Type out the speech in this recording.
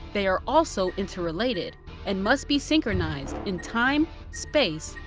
they are also interrelated and must be synchronized in time, space,